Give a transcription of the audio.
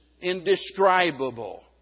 indescribable